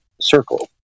circle